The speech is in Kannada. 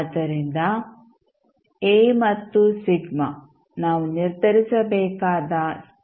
ಆದ್ದರಿಂದ A ಮತ್ತು σ ನಾವು ನಿರ್ಧರಿಸಬೇಕಾದ ಸ್ಥಿರಾಂಕಗಳಾಗಿವೆ